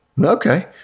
Okay